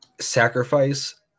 sacrifice